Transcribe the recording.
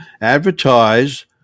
advertise